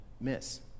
miss